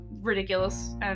ridiculous